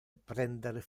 prender